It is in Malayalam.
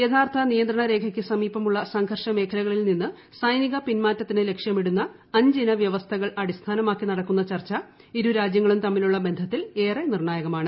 യാഥാർത്ഥ നിയന്ത്രണം രേഖയ്ക്ക് സമീപമുള്ള സംഘർഷ മേഖലകളിൽ നിന്ന് ഖ്സെനിക പിൻമാറ്റത്തിന് ലക്ഷ്യമിടുന്ന അഞ്ചിന വൃവസ്ഥകൾ അടിസ്ഥാനമാക്കി നടക്കുന്ന ചർച്ച ഇരു രാജ്യങ്ങളും തമ്മിലുള്ള ബന്ധത്തിൽ ഏറെ നിർണായകമാണ്